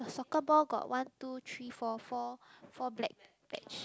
soccer ball got one two three four four four black patches